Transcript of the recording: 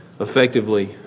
effectively